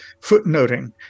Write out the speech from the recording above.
footnoting